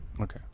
Okay